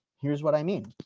here's what i mean.